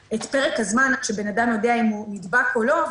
פרק הזמן עד שהבן אדם יודע אם הוא נדבק או לא,